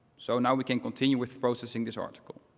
so now, we can continue with processing this article.